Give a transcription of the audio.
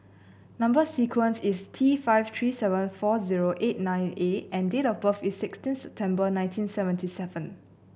number sequence is T five three seven four zero eight nine A and date of birth is sixteen September nineteen seventy seven